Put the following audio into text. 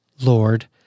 Lord